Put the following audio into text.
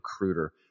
recruiter